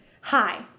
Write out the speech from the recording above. Hi